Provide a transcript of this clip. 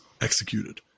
executed